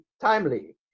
timely